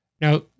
Now